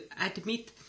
admit